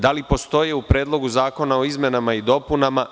Da li postoje u Predlogu zakona o izmenama i dopunama?